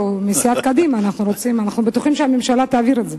מסיעת קדימה, אנחנו בטוחים שהממשלה תעביר את זה.